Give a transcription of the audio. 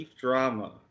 drama